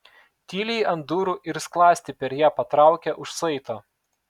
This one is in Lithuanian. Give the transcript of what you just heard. tyliai ant durų ir skląstį per ją patraukė už saito